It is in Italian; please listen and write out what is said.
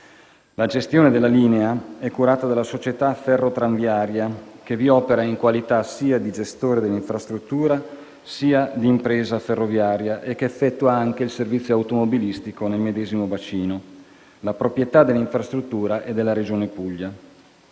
La gestione della linea è curata dalla società Ferrotramviaria, che vi opera in qualità sia di gestore dell'infrastruttura sia d'impresa ferroviaria e che effettua anche il servizio automobilistico nel medesimo bacino. La proprietà dell'infrastruttura è della Regione Puglia.